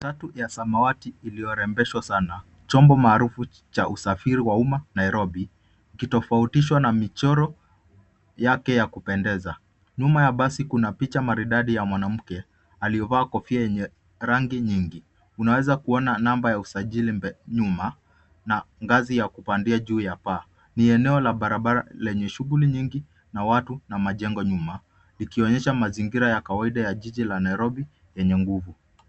Matatu ya samawati iliyorembeshwa sana, chombo maarufu cha usafiri wa um,a Nairobi, ukitofautisha na michoro yake ya kupendeza. Nyuma ya basi kuna picha maridadi ya mwanamke aliyevaa kofia yenye rangi nyingi. Tunaweza kuona namba ya usajili nyuma na ngazi ya kupandia juu ya paa. Ni eneo la barabara lenye shughuli nyingi na watu wenye jengo nyuma kikionyesha mazingira ya kawaida ya jiji la Nairobi lenye nguvu.